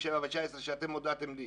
שעת המוות כפי שהודעתם לי,